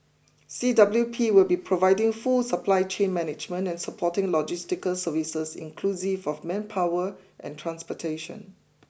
C W T will be providing full supply chain management and supporting logistical services inclusive of manpower and transportation